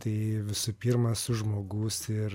tai visų pirma esu pirmas žmogus ir